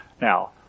Now